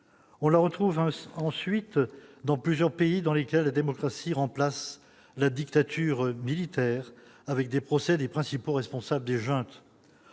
on la retrouve ensuite dans plusieurs pays dans lesquels la démocratie remplace la dictature militaire avec des procès des principaux responsables des juntes